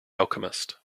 alchemist